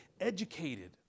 educated